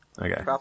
Okay